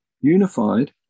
unified